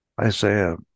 Isaiah